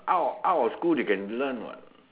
out of out of school they can learn what